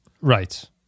Right